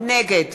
נגד